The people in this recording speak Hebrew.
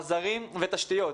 עזרים ותשתיות.